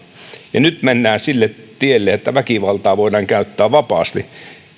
ja nyt mennään sille tielle että väkivaltaa voidaan käyttää vapaasti